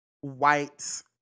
white